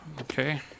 Okay